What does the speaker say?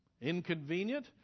Inconvenient